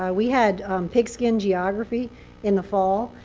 ah we had pigskin geography in the fall.